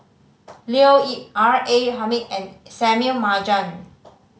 Leo Yip R A Hamid and Marjan